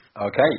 Okay